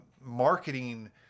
marketing